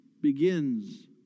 begins